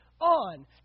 on